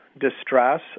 distress